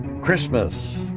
Christmas